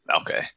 Okay